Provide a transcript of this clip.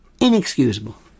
inexcusable